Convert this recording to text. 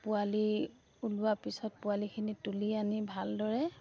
পোৱালি ওলোৱা পিছত পোৱালিখিনি তুলি আনি ভালদৰে